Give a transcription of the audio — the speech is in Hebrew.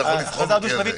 אתה יכול לבחון אותי על זה.